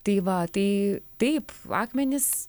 tai va tai taip akmenys